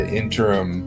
interim